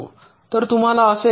तर तुम्हाला असे एक्सप्रेशन मिळेल